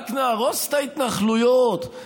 רק נהרוס את ההתנחלויות,